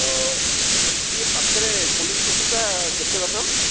ଅ ହ ଇଏ ପାଖେରେ ପୋଲିସ୍ ଷ୍ଟେସନ୍ଟା କେତେ ବାଟ